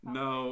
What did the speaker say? no